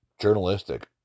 journalistic